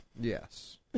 Yes